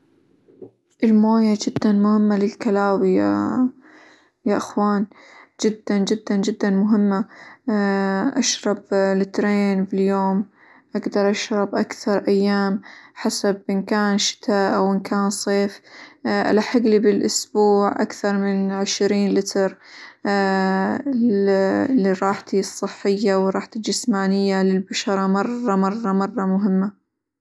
الموية جدًا مهمة للكلاوي -يا- يا إخوان جدًا جدًا جدًا مهمة ، أشرب لترين باليوم، أقدر أشرب أكثر أيام حسب إن كان شتاء، أو إن كان صيف، ألحق لي بالأسبوع أكثر من عشرين لتر لراحتي الصحية، وراحتي الجسمانية، للبشرة مرة مرة مرة مهمة.